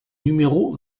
numéro